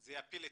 זה יפיל את